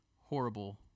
horrible